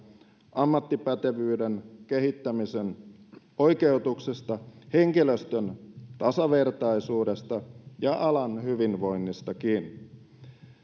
ammattipätevyyden kehittämisen oikeutuksesta henkilöstön tasavertaisuudesta ja alan hyvinvoinnistakin